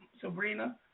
Sabrina